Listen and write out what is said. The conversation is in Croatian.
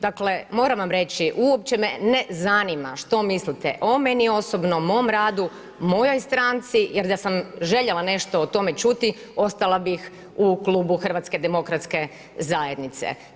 Dakle, moram vam reći, uopće me ne zanima, što mislite, o meni osobno, mom radu, mojoj stranci, jer da sam željela nešto o tome čuti, ostala bi u Klubu HDZ-a.